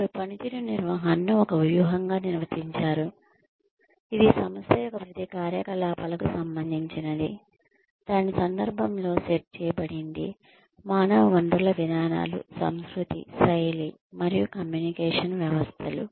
వారు పనితీరు నిర్వహణను ఒక వ్యూహంగా నిర్వచించారు ఇది సంస్థ యొక్క ప్రతి కార్యకలాపాలకు సంబంధించినది దాని సందర్భంలో సెట్ చేయబడింది మానవ వనరుల విధానాలు సంస్కృతి శైలి మరియు కమ్యూనికేషన్ వ్యవస్థలు